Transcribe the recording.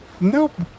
Nope